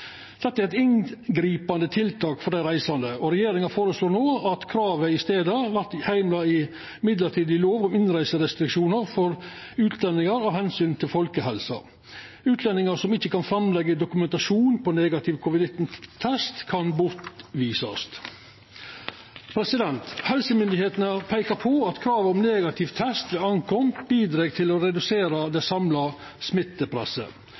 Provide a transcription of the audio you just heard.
Dette er eit inngripande tiltak for dei reisande, og regjeringa føreslår no at kravet i staden for vert heimla i Midlertidig lov om innreiserestriksjoner for utlendinger av hensyn til folkehelsen. Utlendingar som ikkje kan leggja fram dokumentasjon på negativ covid-19-test, kan bortvisast. Helsemyndigheitene peikar på at kravet om negativ test når ein kjem, bidreg til å redusera det